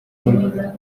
bona